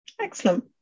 excellent